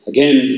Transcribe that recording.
Again